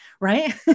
Right